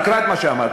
תקרא את מה שאמרת,